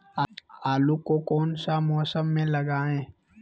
आलू को कौन सा मौसम में लगाए?